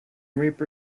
reaper